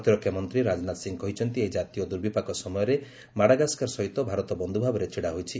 ପ୍ରତିରକ୍ଷାମନ୍ତ୍ରୀ ରାଜନାଥ ସିଂ କହିଛନ୍ତି ଏହି ଜାତୀୟ ଦୁର୍ବିପାକ ସମୟରେ ମାଡାଗାସ୍କାର ସହିତ ଭାରତ ବନ୍ଧୁ ଭାବରେ ଛିଡ଼ା ହୋଇଛି